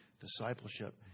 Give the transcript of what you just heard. discipleship